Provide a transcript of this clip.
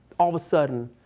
all of a sudden,